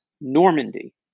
Normandy